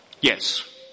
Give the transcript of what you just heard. yes